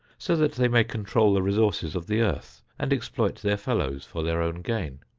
so that they may control the resources of the earth and exploit their fellows for their own gain?